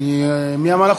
מי אמר לך,